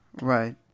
Right